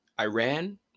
Iran